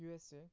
USA